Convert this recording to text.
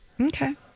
Okay